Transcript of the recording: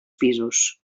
pisos